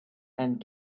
and